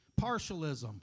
Partialism